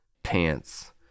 Pants